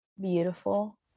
beautiful